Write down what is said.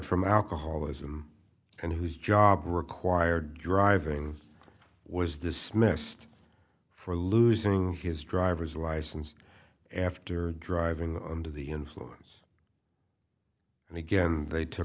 from alcoholism and whose job required driving was dismissed for losing his driver's license after driving under the influence and again they took